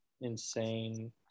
insane